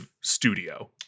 studio